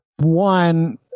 One